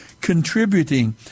contributing